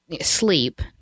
sleep